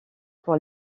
pour